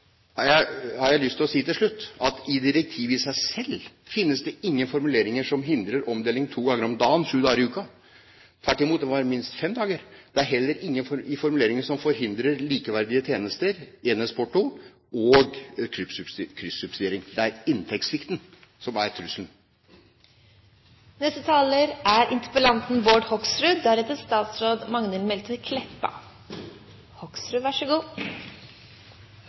har jeg til slutt lyst til å si at i direktivet i seg selv finnes det ingen formuleringer som hindrer omdeling to ganger om dagen, sju dager i uken. Tvert imot, det må være minst fem dager. Det er heller ikke noe i formuleringene som forhindrer likeverdige tjenester, enhetsporto og kryssubsidiering. Det er inntektssvikten som er trusselen.